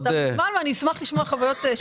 אני אשמח לשמוע חוויות.